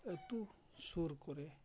ᱟᱛᱳ ᱥᱩᱨ ᱠᱚᱨᱮ